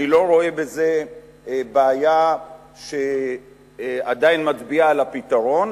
אני עדיין לא רואה בזה בעיה שמצביעה על הפתרון,